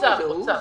האוצר?